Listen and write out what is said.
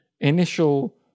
initial